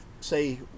Say